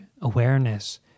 awareness